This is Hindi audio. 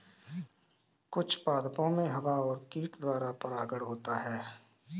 कुछ पादपो मे हवा और कीट द्वारा परागण होता है